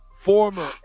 former